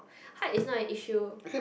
height is not an issue